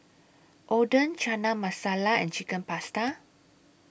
Oden Chana Masala and Chicken Pasta